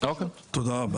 תודה רבה.